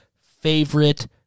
favorite